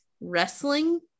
wrestling